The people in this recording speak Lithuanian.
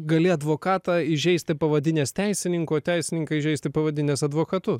gali advokatą įžeisti pavadinęs teisininku o teisininkai įžeisti pavadinęs advokatu